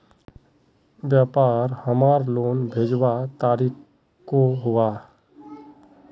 व्यापार हमार लोन भेजुआ तारीख को हुआ?